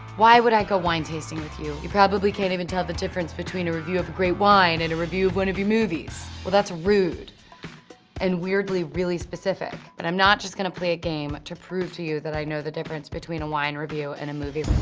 why would i go wine tasting with you? you probably can't even tell the difference between a review of a great wine and a review of one of your movies. well, that's rude and weirdly really specific. and i'm not just gonna play a game to prove to you that i know the difference between a wine review and a movie